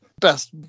best